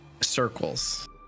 Circles